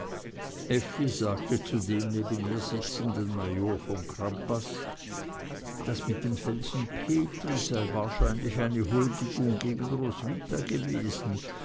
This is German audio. sagte zu dem neben ihr sitzenden major von crampas das mit dem felsen petri sei wahrscheinlich eine huldigung gegen roswitha gewesen